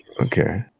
okay